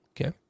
okay